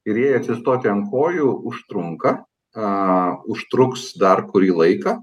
ir jai atsistoti ant kojų užtrunka aaa užtruks dar kurį laiką